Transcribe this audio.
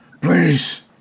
Please